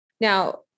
Now